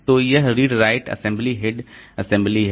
तो और यह read write assembly head assembly है